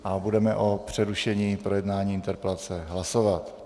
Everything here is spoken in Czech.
A budeme o přerušení projednávání interpelace hlasovat.